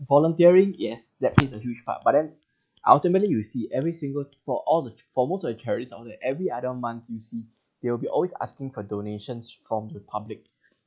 volunteering yes that piece is a huge part but then ultimately you see every single for all the for most of the charity out there every other month you see they'll be always asking for donations from the public